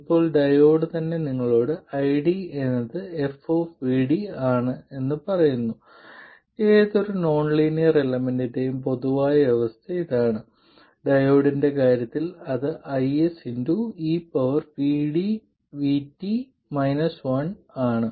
ഇപ്പോൾ ഡയോഡ് തന്നെ നിങ്ങളോട് ID എന്നത് f ആണെന്ന് പറയുന്നു ഏതൊരു നോൺലീനിയർ എലമെന്റിന്റെയും പൊതുവായ അവസ്ഥ ഇതാണ് ഡയോഡിന്റെ കാര്യത്തിൽ അത് IS ആണ്